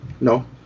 No